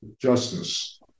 justice